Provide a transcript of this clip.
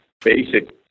basic